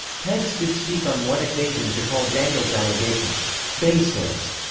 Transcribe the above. pence did speak on one occasion to call daniels' allegations baseless.